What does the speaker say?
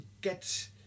get